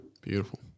Beautiful